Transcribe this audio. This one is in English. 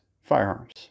firearms